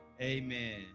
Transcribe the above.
amen